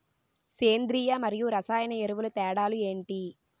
సేంద్రీయ మరియు రసాయన ఎరువుల తేడా లు ఏంటి?